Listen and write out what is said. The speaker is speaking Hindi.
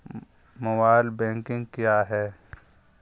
मोबाइल बैंकिंग क्या है?